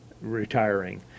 retiring